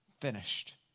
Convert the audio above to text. finished